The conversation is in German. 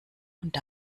und